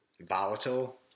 volatile